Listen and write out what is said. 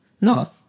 No